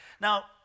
Now